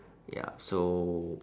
ya so